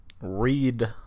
read